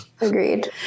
Agreed